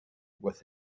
with